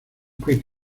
creek